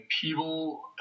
People